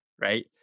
right